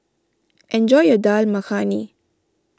enjoy your Dal Makhani